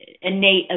innate